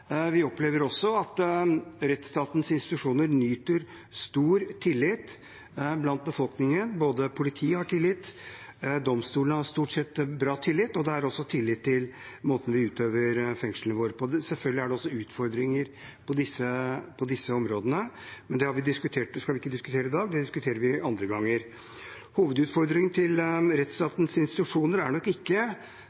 Vi opplever også at rettsstatens institusjoner nyter stor tillit i befolkningen – politiet har tillit, domstolene har stort sett bra tillit, og det er også tillit til måten vi utformer fengslene våre på. Selvfølgelig er det også utfordringer på disse områdene, men det skal vi ikke diskutere i dag. Det diskuterer vi andre ganger. Hovedutfordringen